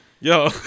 yo